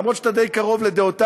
למרות שאתה די קרוב לדעותי,